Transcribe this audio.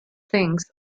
things